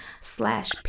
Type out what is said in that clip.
slash